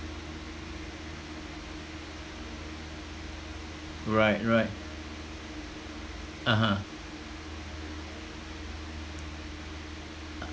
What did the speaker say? right right (uh huh)